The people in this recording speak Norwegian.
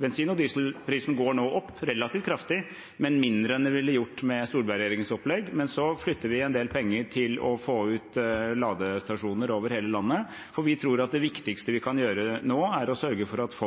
Bensin- og dieselprisen går nå opp relativt kraftig, men mindre enn den ville gjort med Solberg-regjeringens opplegg. Så flytter vi en del penger for å få ut ladestasjoner over hele landet, for vi tror at det viktigste vi kan gjøre nå, er å sørge for at folk